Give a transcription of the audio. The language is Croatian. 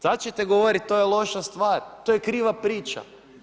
Sad će govoriti to je loša stvar, to je kriva priča.